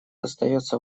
остается